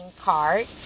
card